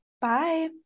Bye